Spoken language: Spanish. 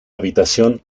habitación